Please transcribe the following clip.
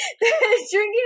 Drinking